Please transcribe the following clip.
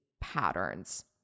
patterns